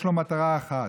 יש לו מטרה אחת: